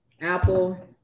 Apple